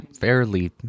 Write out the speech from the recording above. fairly